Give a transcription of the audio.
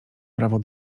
prawo